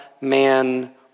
man